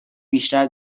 بیشتر